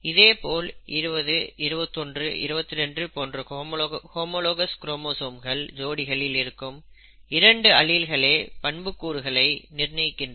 இதேபோல் 20 21 22 போன்ற homologous chromosome ஜோடிகளில் இருக்கும் இரண்டு அலீல்களே பண்புக்கூறுகளை நிர்ணயிக்கின்றன